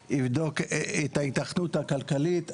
לוועדה הגיאוגרפית שיבדוק את ההיתכנות הכלכלית.